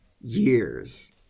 years